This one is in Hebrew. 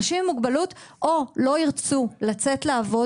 אנשים עם מוגבלות לא ירצו לצאת לעבוד